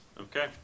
Okay